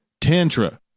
Tantra